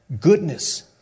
Goodness